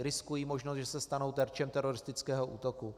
Riskují možnost, že se stanou terčem teroristického útoku.